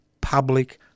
public